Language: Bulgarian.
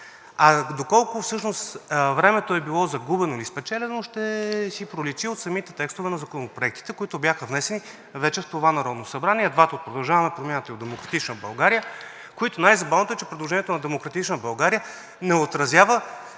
Доколко всъщност времето е било загубено или спечелено, ще си проличи от самите текстове на законопроектите, които бяха внесени вече в това Народно събрание – двата от „Продължаваме Промяната“ и от „Демократична България“. Най-забавното е, че предложението на „Демократична България“ не отразява